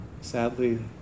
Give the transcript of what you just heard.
Sadly